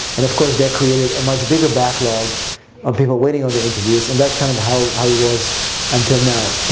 and of course, that created a much bigger backlog backlog of people waiting on the interviews, and that's kind of how how it was until now.